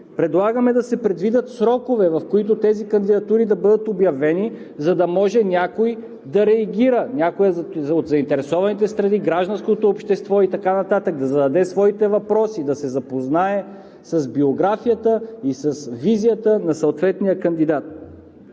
Предлагаме да се предвидят срокове, в които тези кандидатури да бъдат обявени, за да може някой да реагира – някой от заинтересованите страни, гражданското общество и така нататък, да зададе своите въпроси, да се запознае с биографията и с визията на съответния кандидат.